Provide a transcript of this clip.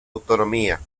autonomía